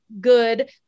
good